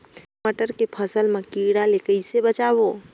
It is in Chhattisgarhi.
मटर के फसल मा कीड़ा ले कइसे बचाबो?